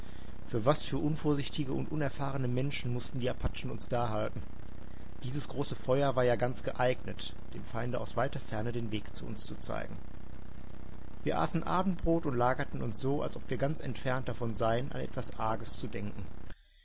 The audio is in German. für was für unvorsichtige und unerfahrene menschen mußten die apachen uns da halten dieses große feuer war ja ganz geeignet dem feinde aus weiter ferne den weg zu uns zu zeigen wir aßen abendbrot und lagerten uns so als ob wir ganz entfernt davon seien an etwas arges zu denken